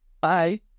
Bye